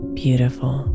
beautiful